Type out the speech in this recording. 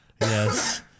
Yes